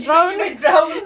if I if I drown